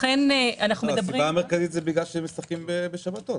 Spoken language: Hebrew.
הסיבה המרכזית היא בגלל שמשחקים בשבתות.